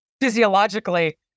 physiologically